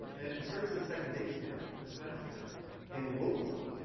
and it inserts a second date stamp and time stamp in local time.